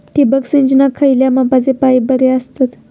ठिबक सिंचनाक खयल्या मापाचे पाईप बरे असतत?